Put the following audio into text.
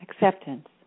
Acceptance